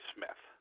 Smith